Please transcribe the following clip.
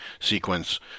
sequence